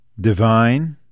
divine